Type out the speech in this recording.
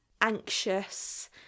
anxious